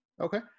Okay